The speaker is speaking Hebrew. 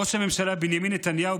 ראש הממשלה בנימין נתניהו,